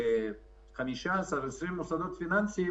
ב-15 או 20 מוסדות פיננסיים,